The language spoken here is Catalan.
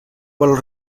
valor